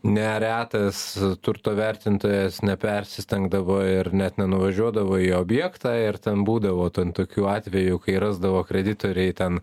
ne retas turto vertintojas nepersistengdavo ir net nenuvažiuodavo į objektą ir ten būdavo tokių atvejų kai rasdavo kreditoriai ten